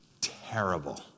Terrible